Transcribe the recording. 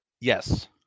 Yes